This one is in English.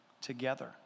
together